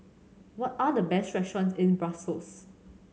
what are the best restaurants in Brussels